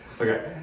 Okay